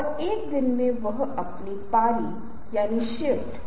वास्तव में मेरे पास एक अलग पीपीटी है